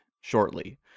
shortly